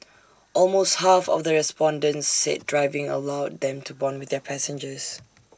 almost half of the respondents said driving allowed them to Bond with their passengers